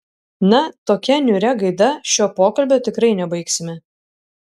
na tokia niūria gaida šio pokalbio tikrai nebaigsime